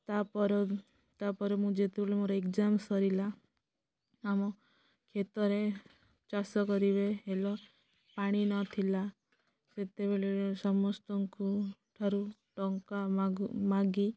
ତା'ପରେ ମୁଁ ଯେତେବେଳେ ମୋର ଏଗ୍ଜାମ୍ ସରିଲା ଆମ କ୍ଷେତରେ ଚାଷ କରିବେ ହେଲ ପାଣି ନଥିଲା ସେତେବେଳେ ସମସ୍ତଙ୍କୁ ଠାରୁ ଟଙ୍କା ମାଗି